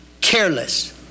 careless